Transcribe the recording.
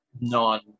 non